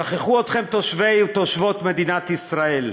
שכחו אתכם, תושבי ותושבות מדינת ישראל,